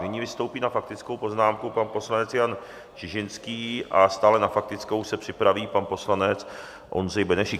Nyní vystoupí na faktickou poznámku pan poslanec Jan Čižinský a stále na faktickou se připraví pan poslanec Ondřej Benešík.